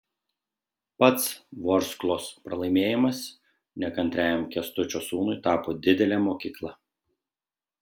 pats vorsklos pralaimėjimas nekantriajam kęstučio sūnui tapo didele mokykla